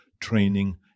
training